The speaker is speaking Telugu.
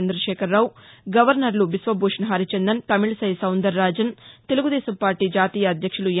చంద్రశేఖరరావు గవర్నర్లు బిశ్వభూషణ్ హరిచందన్ తమిళసై సౌందరరాజన్ తెలుగుదేశం పార్టీ జాతీయ అధ్యక్షులు ఎన్